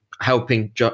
helping